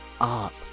up